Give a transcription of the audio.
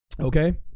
Okay